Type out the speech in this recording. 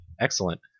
Excellent